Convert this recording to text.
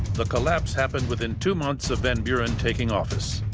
the collapse happened within two months of van buren taking office.